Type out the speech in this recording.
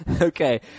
Okay